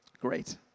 great